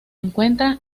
encuentra